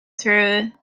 through